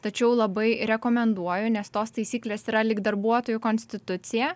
tačiau labai rekomenduoju nes tos taisyklės yra lyg darbuotojų konstitucija